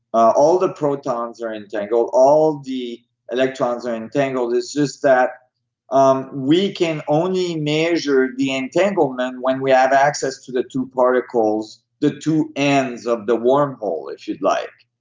all the protons are entangled. all the electrons are entangled it's just that um we can only measure the entanglement when we have access to the two particles, the two ends of the wormhole, it should like.